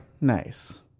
nice